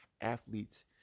athletes